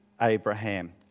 Abraham